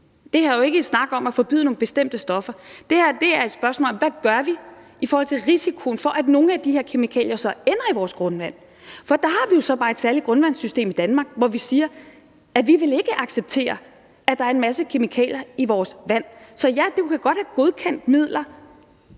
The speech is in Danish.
her er jo ikke en snak om at forbyde nogle bestemte stoffer. Det her er et spørgsmål om, hvad vi gør i forhold til risikoen for, at nogle af de her kemikalier så ender i vores grundvand. Der har vi jo bare et særligt grundvandssystem i Danmark, hvor vi siger, at vi ikke vil acceptere, at der er en masse kemikalier i vores vand. Så ja, vi kan godt have godkendt midler,